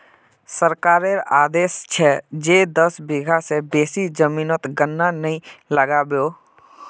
सरकारेर आदेश छ जे दस बीघा स बेसी जमीनोत गन्ना नइ लगा बो